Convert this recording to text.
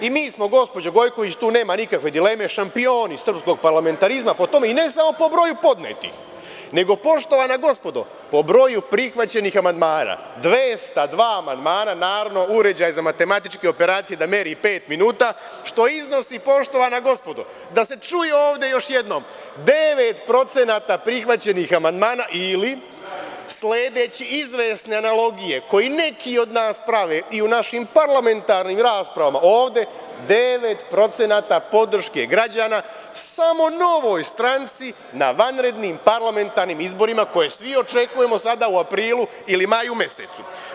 Mi smo, gospođo Gojković, tu nema nikakve dileme, šampioni srpskog parlamentarizma po tome, i ne samo po broju podnetih, nego, poštovana gospodo, po broju prihvaćenih amandmana, 202 amandmana, naravno, uređaj za matematičke operacije da meri pet minuta, što iznosi, poštovana gospodo, da se čuje ovde još jednom, 9% prihvaćenih amandmana ili, sledeći izvesne analogije koji neki od nas prave i u našim parlamentarnim raspravama ovde, 9% podrške građana samo Novoj stranci na vanrednim parlamentarnim izborima koje svi očekujemo sada u aprilu ili maju mesecu.